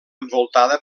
envoltada